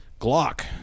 Glock